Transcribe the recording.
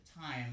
time